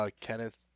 Kenneth